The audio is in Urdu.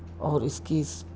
اور اس کی